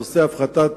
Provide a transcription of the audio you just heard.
בנושא הפחתת